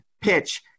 PITCH